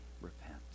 repent